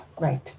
Right